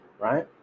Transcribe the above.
right